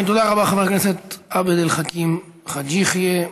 תודה רבה, חבר הכנסת עבד אל חכים חאג' יחיא.